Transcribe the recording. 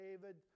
David